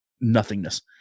nothingness